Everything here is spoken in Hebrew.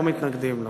לא מתנגדים לו